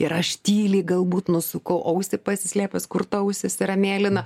ir aš tyliai galbūt nusukau ausį pasislėpęs kur ta ausis yra mėlyna